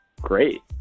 Great